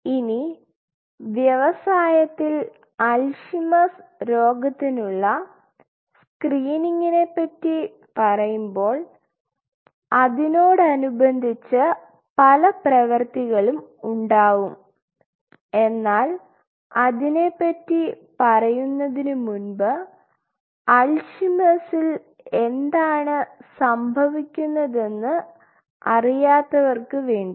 ഇനി വ്യവസായത്തിൽ അൽഷിമേഴ്സ്Alzheimer's രോഗത്തിനുള്ള സ്ക്രീനിംഗ്നെ പറ്റി പറയുമ്പോൾ അതിനോട് അനുബന്ധിച്ച് പല പ്രവൃത്തികളും ഉണ്ടാവും എന്നാൽ അതിനെപ്പറ്റി പറയുന്നതിനു മുൻപ് അൽഷിമേഴ്സ്സിൽAlzheimer's എന്താണ് സംഭവിക്കുന്നതെന്ന് അറിയാത്തവർക് വേണ്ടി